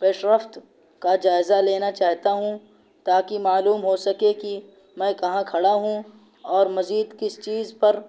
پیش رفت کا جائزہ لینا چاہتا ہوں تاکہ معلوم ہو سکے کہ میں کہاں کھڑا ہوں اور مزید کس چیز پر